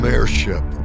Airship